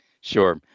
Sure